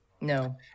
No